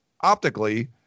optically